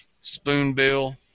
spoonbill